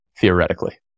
theoretically